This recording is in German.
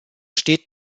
steht